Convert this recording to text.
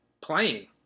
playing